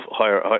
higher